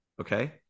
Okay